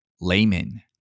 Layman